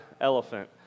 elephant